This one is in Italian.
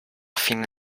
fine